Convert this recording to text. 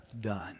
done